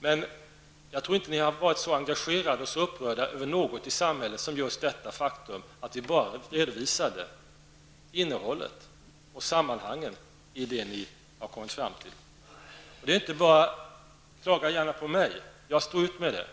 Men jag tror inte att ni har varit så engagerade och så upprörda över något i samhället som just detta faktum att jag bara redovisade innehållet och sammanfattade era förslag. Ni får gärna klaga på mig för jag tål det.